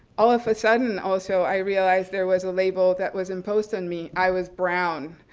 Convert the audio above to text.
all of a sudden also, i realized there was a label that was imposed on me. i was brown.